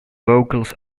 vocals